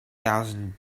thousand